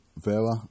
Vera